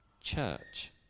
church